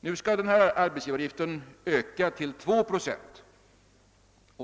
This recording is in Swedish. Nu skall denna arbetsgivaravgift öka till 2 procent.